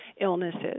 illnesses